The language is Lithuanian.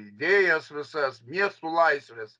idėjas visas miestų laisvės